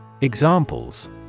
Examples